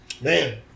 man